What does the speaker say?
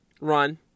run